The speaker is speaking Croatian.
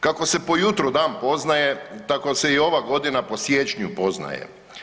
Kako se po jutru dan poznaje, tako se i ova godina po siječnju poznaje.